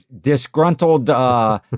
disgruntled